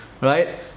Right